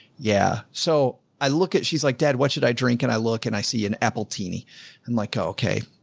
yeah, so i look at, she's like, dad, what should i drink? and i look, and i see an appletini and like, okay,